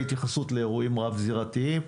מהתייחסות לאירועים רב-זירתיים,